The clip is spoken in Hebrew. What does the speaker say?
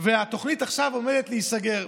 והתוכנית עכשיו עומדת להיסגר.